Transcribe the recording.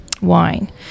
wine